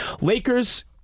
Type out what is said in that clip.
Lakers